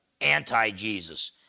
anti-Jesus